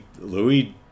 Louis